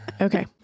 Okay